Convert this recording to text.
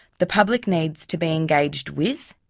the public needs to be engaged with,